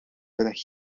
that